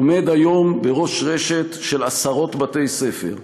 עומד היום בראש רשת של עשרות בתי-ספר,